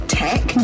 tech